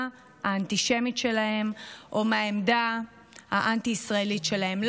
האנטישמית שלהם או מהעמדה האנטי-ישראלית שלהם.